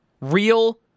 real